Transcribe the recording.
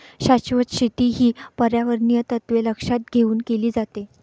शाश्वत शेती ही पर्यावरणीय तत्त्वे लक्षात घेऊन केली जाते